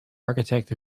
architect